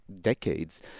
decades